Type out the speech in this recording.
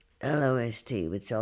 L-O-S-T